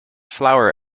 flower